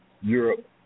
Europe